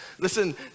Listen